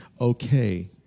okay